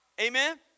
Amen